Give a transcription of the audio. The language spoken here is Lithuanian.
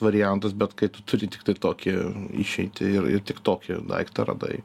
variantas bet kai tu turi tiktai tokį išeitį ir ir tik tokį daiktą radai